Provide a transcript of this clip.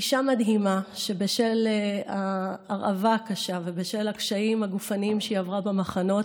אישה מדהימה שבשל ההרעבה הקשה ובשל הקשיים הגופניים שהיא עברה במחנות